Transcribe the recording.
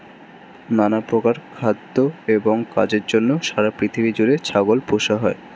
নানা প্রকার খাদ্য এবং কাজের জন্য সারা পৃথিবী জুড়ে ছাগল পোষা হয়